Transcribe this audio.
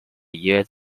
yet